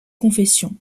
confession